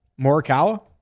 Morikawa